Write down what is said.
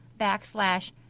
backslash